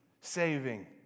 saving